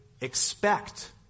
expect